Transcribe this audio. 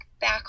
back